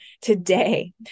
today